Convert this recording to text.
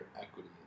equity